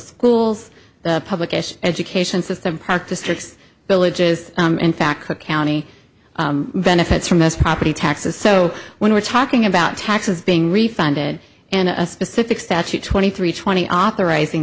schools the public education system part districts villages in fact cook county benefits from this property taxes so when we're talking about taxes being refunded in a specific statute twenty three twenty authoriz